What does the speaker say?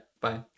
Bye